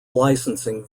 licensing